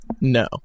No